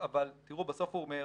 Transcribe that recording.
אבל תראה, בסוף הוא אומר: